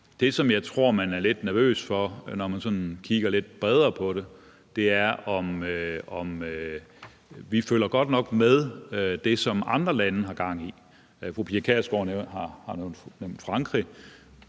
Det, som jeg tror man er lidt nervøs for, når man kigger sådan lidt bredere på det, er, om vi følger godt nok med i forhold til det, som andre lande har gang i. Fru Pia Kjærsgaard har nævnt Frankrig,